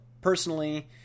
personally